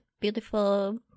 beautiful